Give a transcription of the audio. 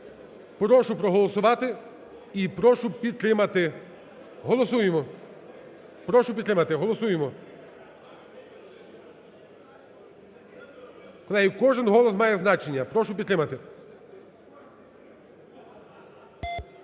Прошу проголосувати і прошу підтримати. Голосуємо. Прошу підтримати. Голосуємо. Колеги, кожен голос має значення. Прошу підтримати.